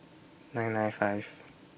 nine nine five